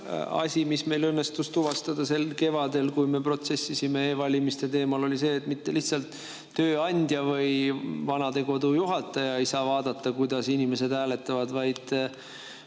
oli, et meil õnnestus tuvastada üks asi sel kevadel, kui me protsessisime e‑valimiste teemal. See oli see, et mitte ainult tööandja või vanadekodu juhataja ei saa vaadata, kuidas inimesed hääletavad, vaid